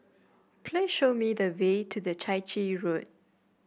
please show me the way to the Chai Chee Road